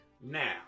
Now